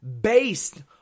based